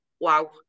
wow